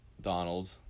Donald